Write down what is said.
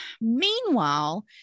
meanwhile